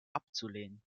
abzulehnen